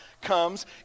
comes